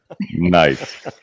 Nice